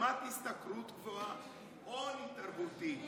ברמת השתכרות גבוהה אתה רואה עוני תרבותי.